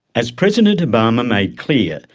as president obama made clear,